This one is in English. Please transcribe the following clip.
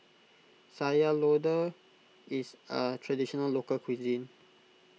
Sayur Lodeh is a Traditional Local Cuisine